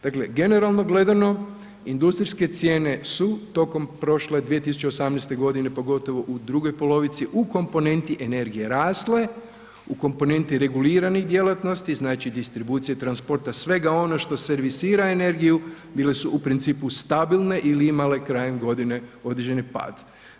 Dakle generalno gledano, industrijske cijene su tokom prošle 2018. g. pogotovo u drugoj polovici u komponenti energija rasle, u komponenti reguliranih djelatnosti, znači distribucija transporta, svega ono što servisira energiju, bile su u principu stabilne ili imale krajem godine određeni pad.